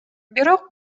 бирок